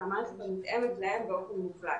את המערכת שמותאמת להם באופן מוחלט.